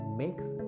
makes